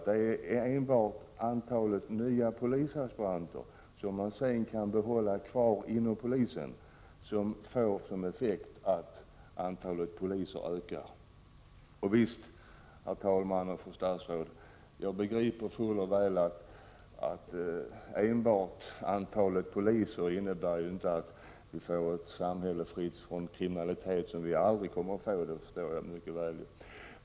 Det är ju antalet nya polisaspiranter som vi sedan kan behålla inom polisen som ger en ökning av antalet poliser. Visst begriper jag att enbart ett stort antal poliser inte innebär att vi får ett samhälle fritt från kriminalitet. Det kommer vi aldrig att få — det förstår jag mycket väl.